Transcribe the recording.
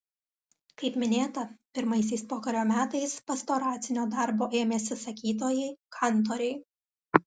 kaip minėta pirmaisiais pokario metais pastoracinio darbo ėmėsi sakytojai kantoriai